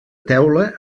teula